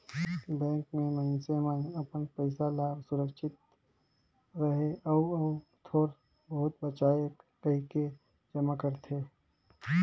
bank में मइनसे मन अपन पइसा ल सुरक्छित रहें अउ अउ थोर बहुत बांचे कहिके जमा करथे